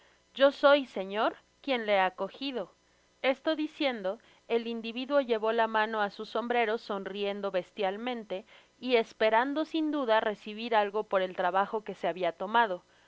yo soy señor quien le ha cojido esto diciendo el individuo llevó k mano á su sombrero son riendo bestialmente y esperando sin duda recibir algo por el trabajo que se habia tomado